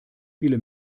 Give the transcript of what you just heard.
viele